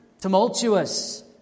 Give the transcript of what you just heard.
tumultuous